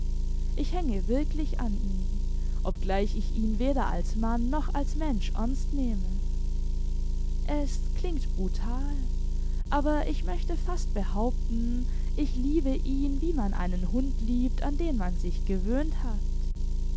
ich hänge wirklich an ihm obgleich ich ihn weder als mann noch als mensch ernst nehme es klingt brutal aber ich möchte fast behaupten ich liebe ihn wie man einen hund liebt an den maa sich gewöhnt hat